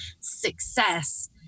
success